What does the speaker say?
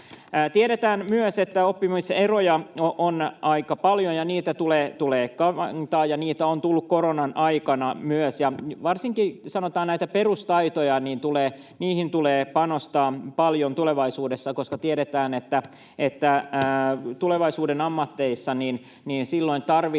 Tiedetään myös, että oppimiseroja on aika paljon, ja niitä tulee kaventaa. Niitä on tullut myös koronan aikana. Varsinkin, sanotaan, perustaitoihin tulee panostaa paljon tulevaisuudessa, koska tiedetään, että tulevaisuuden ammateissa tarvitaan